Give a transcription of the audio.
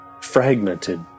fragmented